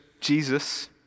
Jesus